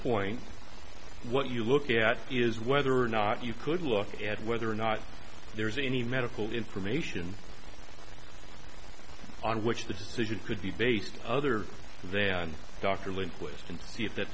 point what you look at is whether or not you could look at whether or not there's any medical information on which the decision could be based other than dr lindquist and see if that